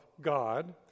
God